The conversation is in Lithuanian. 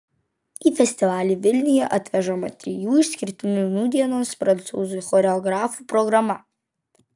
į festivalį vilniuje atvežama trijų išskirtinių nūdienos prancūzų choreografų programa